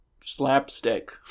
slapstick